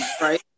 Right